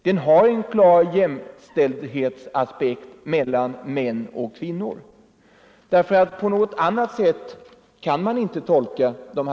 Den har en klar jämställdhetsaspekt visavi män och kvinnor. På annat sätt kan jag inte tolka den.